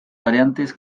variantes